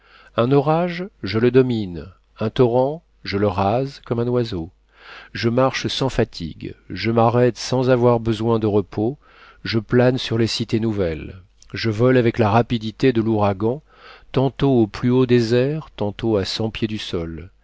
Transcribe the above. un orage je le domine un torrent je le rase comme un oiseau je marche sans fatigue je m'arrête sans avoir besoin de repos je plane sur les cités nouvelles je vole avec la rapidité de l'ouragan tantôt au plus haut des airs tantôt à cent pieds du sol